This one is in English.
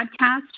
podcast